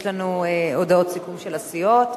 יש לנו הודעות סיכום של הסיעות.